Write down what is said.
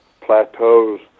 plateaus